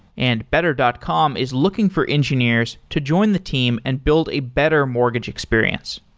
and better dot com is looking for engineers to join the team and build a better mortgage experience.